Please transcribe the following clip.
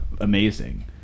amazing